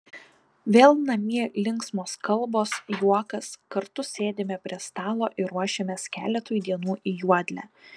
vėl namie linksmos kalbos juokas kartu sėdime prie stalo ir ruošiamės keletui dienų į juodlę